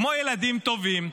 כמו ילדים טובים,